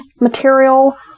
material